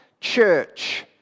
church